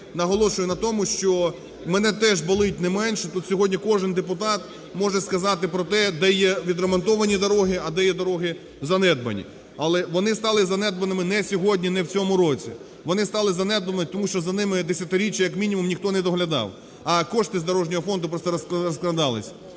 наголошую на тому, що мене теж болить не менше, тут сьогодні кожен депутат може сказати про те, де є відремонтовані дороги, а де є дороги занедбані. Але вони стали занедбаними не сьогодні, не в цьому році, вони стали занедбаними тому, що за ними десятиріччя як мінімум ніхто недоглядав, а кошти з дорожнього фонду просто розкрадались.